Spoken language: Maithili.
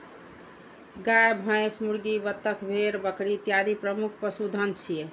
गाय, भैंस, मुर्गी, बत्तख, भेड़, बकरी इत्यादि प्रमुख पशुधन छियै